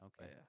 okay